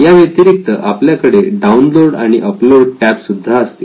याव्यतिरिक्त आपल्याकडे डाऊनलोड आणि अपलोड टॅब सुद्धा असतील